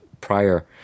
prior